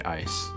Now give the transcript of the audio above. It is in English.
ice